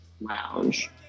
lounge